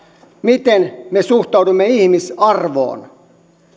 miten me suhtaudumme ihmisarvoon